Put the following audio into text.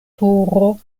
turo